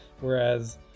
whereas